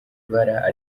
bara